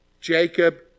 Jacob